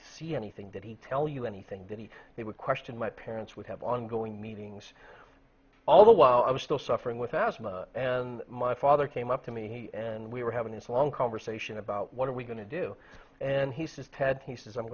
see anything did he tell you anything that he he would question my parents would have ongoing meetings all the while i was still suffering with asthma and my father came up to me and we were having this long conversation about what are we going to do and he says pad he says i'm